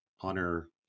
honor